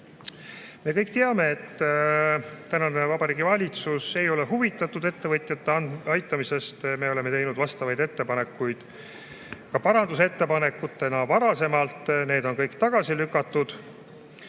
Me kõik teame, et tänane Vabariigi Valitsus ei ole huvitatud ettevõtjate aitamisest. Me oleme teinud vastavaid ettepanekuid ka parandusettepanekutena varasemalt, need on kõik tagasi lükatud.